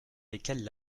lesquelles